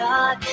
God